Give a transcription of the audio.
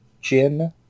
gin